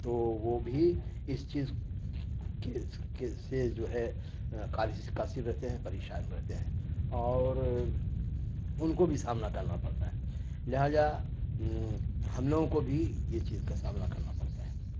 تو وہ بھی اس چیز کے سے جو ہے قاصر رہتے ہیں پریشان رہتے ہیں اور ان کو بھی سامنا کرنا پڑتا ہے لہجہ ہم لوگوں کو بھی یہ چیز کا سامنا کرنا پڑتا ہے